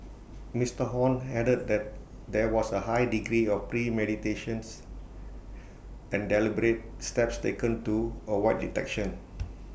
Mister Hon added that there was A high degree of premeditation's and deliberate steps taken to avoid detection